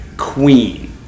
Queen